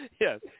yes